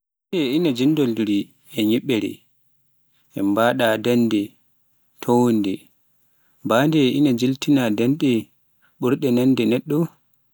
Batte njillondiri e niɓɓere, ina mbaɗa daande toownde, Batte ina njaltina daande ɓurnde nanɗe neɗɗo.